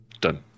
Done